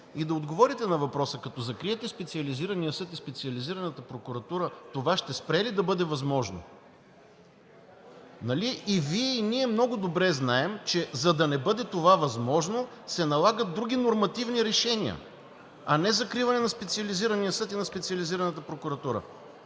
и да отговорите на въпроса: като закриете Специализирания съд и Специализираната прокуратура, това ще спре ли да бъде възможно?! (Шум и реплики.) Нали и Вие, и ние много добре знаем, че за да не бъде това възможно, се налагат други нормативни решения, а не закриване на Специализирания съд и на Специализираната прокуратура.